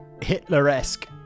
Hitler-esque